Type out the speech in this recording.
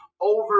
over